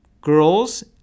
girls